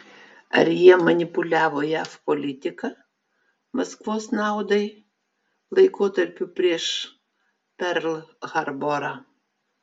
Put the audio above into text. ar jie manipuliavo jav politika maskvos naudai laikotarpiu prieš perl harborą